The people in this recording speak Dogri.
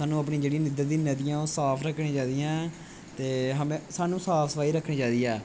साह्नू साढ़े इधर दियां जेह्ड़ियां नदियां ओह् साफ रखनियां चाहिदियां ते साह्नू साफ सफाई रखनी चाहिदी ऐ